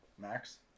Max